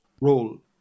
role